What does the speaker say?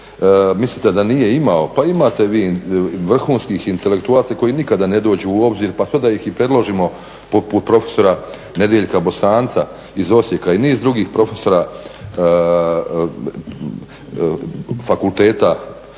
mislite da nije imao, pa imate vi vrhunskih intelektualaca koji nikada ne dođu u obzir pa sve da ih i predložimo poput profesora Nedjeljka Bosanca iz Osijeka i niz drugih profesora fakulteta